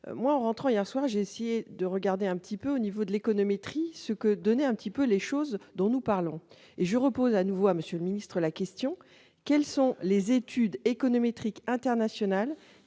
moi en rentrant hier soir j'ai essayé de regarder un petit peu au niveau de l'économétrie ce que donner un petit peu les choses dont nous parlons et je repose à nouveau à monsieur le ministre la question : quelles sont les études économétriques international